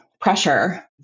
pressure